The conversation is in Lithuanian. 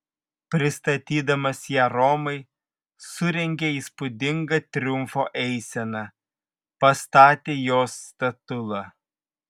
pristatydamas ją romai surengė įspūdingą triumfo eiseną pastatė jos statulą